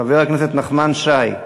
חבר הכנסת נחמן שי,